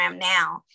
now